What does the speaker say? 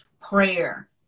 Prayer